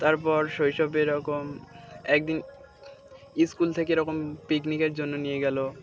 তারপর শৈশব এরকম একদিন স্কুল থেকে এরকম পিকনিকের জন্য নিয়ে গেলো